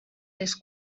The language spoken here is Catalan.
les